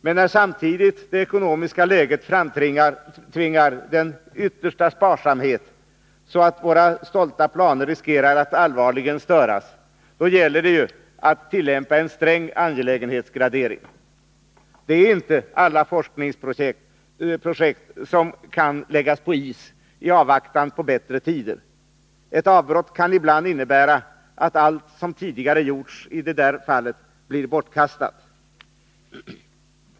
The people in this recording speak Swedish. Men när samtidigt det ekonomiska läget framtvingar den yttersta sparsamhet, så att våra stolta planer riskerar att allvarligt störas, gäller det att tillämpa en sträng angelägenhetsgradering. Det är inte alla forskningsprojekt som kan läggas på is i avvaktan på bättre tider; ett avbrott kan ibland innebära att allt som tidigare har gjorts blir bortkastat.